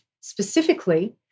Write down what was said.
specifically